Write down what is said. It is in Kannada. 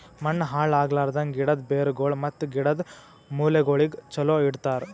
ಮಣ್ಣ ಹಾಳ್ ಆಗ್ಲಾರ್ದಂಗ್, ಗಿಡದ್ ಬೇರಗೊಳ್ ಮತ್ತ ಗಿಡದ್ ಮೂಲೆಗೊಳಿಗ್ ಚಲೋ ಇಡತರ್